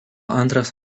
antras